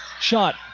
Shot